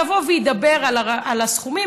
יבוא וידבר על הסכומים,